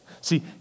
See